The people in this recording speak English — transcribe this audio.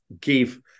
give